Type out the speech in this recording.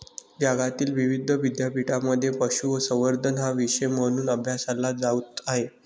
जगातील विविध विद्यापीठांमध्ये पशुसंवर्धन हा विषय म्हणून अभ्यासला जात आहे